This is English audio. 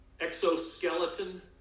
Exoskeleton